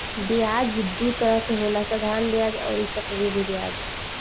ब्याज दू तरह के होला साधारण ब्याज अउरी चक्रवृद्धि ब्याज